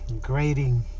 grading